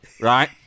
right